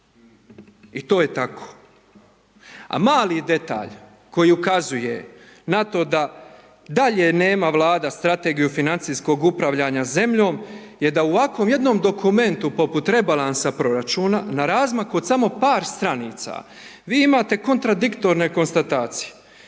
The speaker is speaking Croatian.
I to je tako. A mali detalj koji ukazuje na to da dalje nema Vlada strategiju financijskog upravljanja zemljom jer da u ovakvom jednom dokumentu poput rebalansa proračuna na razmaku od samo par stranica, vi imate kontradiktorne konstatacije.